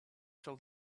till